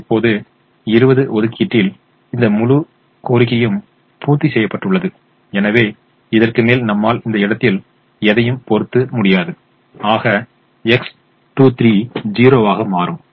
இப்போது 20 ஒதுக்கீட்டில் இந்த முழு கோரிக்கையும் பூர்த்தி செய்யப்பட்டுள்ளது எனவே இதற்குமேல் நம்மால் இந்த இடத்தில் எதையும் பொறுத்த முடியாது ஆக X23 0 ஆக மாறும்